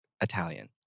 Italian